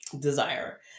Desire